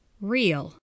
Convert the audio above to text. real